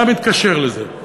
מה מתקשר לזה?